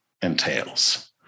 entails